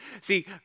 See